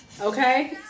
Okay